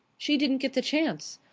she didn't get the chance.